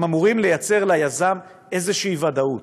הם אמורים לייצר ליזם איזו ודאות.